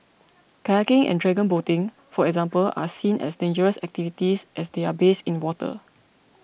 kayaking and dragon boating for example are seen as dangerous activities as they are based in water